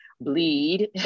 bleed